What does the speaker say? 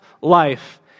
life